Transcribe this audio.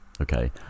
Okay